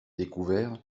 découvert